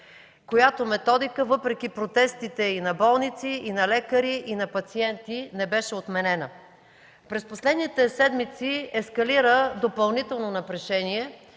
Тази методика въпреки протестите и на болниците, и на лекарите, и на пациентите не беше отменена. През последните седмици ескалира допълнително напрежение